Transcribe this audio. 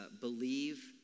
believe